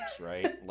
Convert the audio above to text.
right